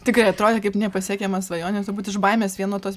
tikrai atrodė kaip nepasiekiama svajonė turbūt iš baimės vien nuo tos